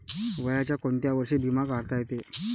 वयाच्या कोंत्या वर्षी बिमा काढता येते?